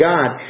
God